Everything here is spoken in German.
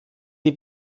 die